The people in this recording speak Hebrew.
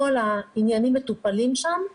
כל העניינים מטופלים שם.